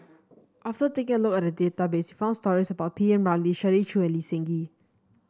after taking a look at the database we found stories about P Ramlee Shirley Chew and Lee Seng Gee